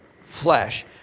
flesh